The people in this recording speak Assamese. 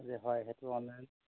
যে হয় সেইটো অনলাইন